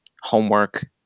homework